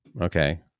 Okay